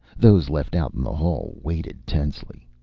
those left out in the hall waited tensely.